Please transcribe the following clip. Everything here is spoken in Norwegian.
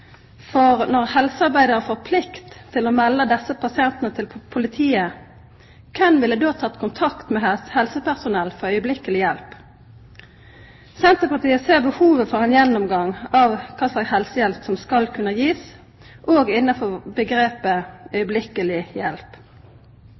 For når helsearbeidarane får plikt til å melda desse pasientane til politiet, kven ville då teke kontakt med helsepersonell for øyeblikkeleg hjelp? Senterpartiet ser behovet for ein gjennomgang av kva slags helsehjelp ein skal kunna